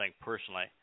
personally